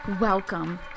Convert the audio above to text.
Welcome